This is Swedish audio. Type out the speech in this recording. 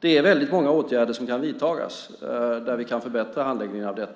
det är väldigt många åtgärder som kan vidtas och att vi kan förbättra handläggningen.